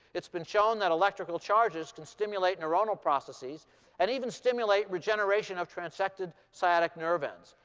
it's been shown that electrical charges can stimulate neuronal processes and even stimulate regeneration of transacted sciatic nerve ends.